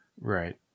Right